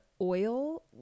oil